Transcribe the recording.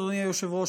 אדוני היושב-ראש,